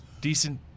decent